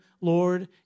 Lord